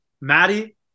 Maddie